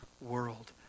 world